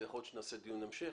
ויכול להיות שנערוך דיון המשך,